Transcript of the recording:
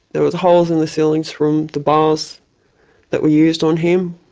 there were holes in the ceiling from the bars that were used on him,